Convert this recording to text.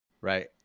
Right